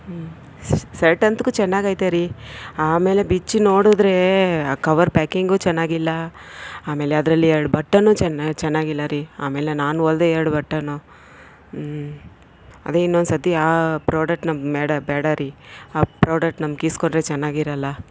ಹ್ಞೂ ಶರ್ಟ್ ಅಂತೂ ಚೆನ್ನಾಗೈತೇ ರೀ ಆಮೇಲೆ ಬಿಚ್ಚಿ ನೋಡಿದ್ರೆ ಆ ಕವರ್ ಪ್ಯಾಕಿಂಗು ಚೆನ್ನಾಗಿಲ್ಲ ಆಮೇಲೆ ಅದರಲ್ಲಿ ಎರ್ಡು ಬಟನ್ನು ಚೆನ್ನಾ ಚೆನ್ನಾಗಿಲ್ಲ ರೀ ಆಮೇಲೆ ನಾನು ಹೊಲ್ದೆ ಎರ್ಡು ಬಟನು ಹ್ಞೂ ಅದೇ ಇನ್ನೊಂದ್ಸತಿ ಆ ಪ್ರಾಡಕ್ಟ್ ನಮ್ಗೆ ಬೇಡ ಬೇಡ ರೀ ಆ ಪ್ರಾಡಕ್ಟ್ ನಮಗೆ ಇಸ್ಕೊಂಡರೆ ಚೆನ್ನಾಗಿರೊಲ್ಲ